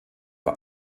bei